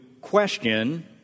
question